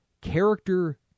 character